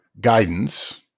guidance